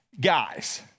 guys